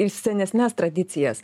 ir senesnes tradicijas